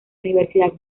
universidad